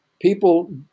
People